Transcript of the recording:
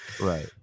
Right